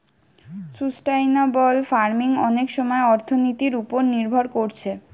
sustainable farming অনেক সময় অর্থনীতির উপর নির্ভর কোরছে